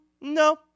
no